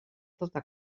tota